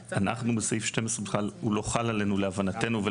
סעיף (12) לא חל עלינו ולהבנתנו גם על